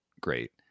great